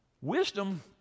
Wisdom